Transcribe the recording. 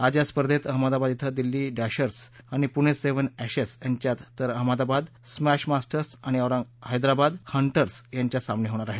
आज या स्पर्धेत अहमदाबाद ध्व दिल्ली डॅशर्स आणि पुणे सेवन असीस यांच्यात तर अहमदाबाद स्मॅश मास्टर्स आणि हैद्राबाद हंटर्स यांच्यात सामने होणार आहेत